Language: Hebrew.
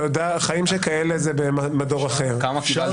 תודה רבה חבר הכנסת רון כץ.